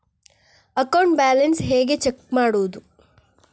Account balance ಹೇಗೆ check ಮಾಡುವುದು?